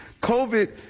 covid